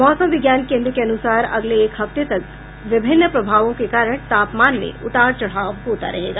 मौसम विज्ञान केंद्र के अनुसार अगले एक हफ्ते तक विभिन्न प्रभावों के कारण तापमान में उतार चढ़ाव होता रहेगा